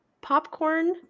popcorn